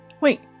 Wait